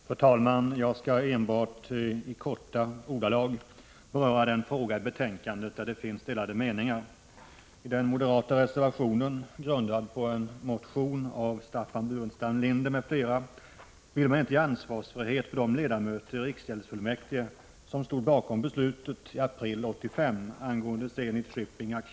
Fru talman! Jag skall enbart i korta ordalag beröra den fråga i betänkandet där det råder delade meningar. I den moderata reservationen, grundad på en motion av Staffan Burenstam Linder m.fl., vill man inte ge ansvarsfrihet för de ledamöter i riksgäldsfullmäktige som stod bakom beslutet i april 1985 angående Zenit Shipping AB.